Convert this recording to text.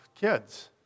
kids